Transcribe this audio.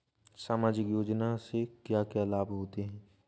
सामाजिक योजना से क्या क्या लाभ होते हैं?